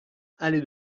allée